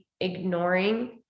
ignoring